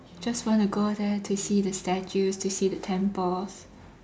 just wanna go there to see the statues to see the temples